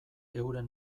euren